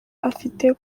afite